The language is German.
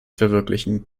verwirklichen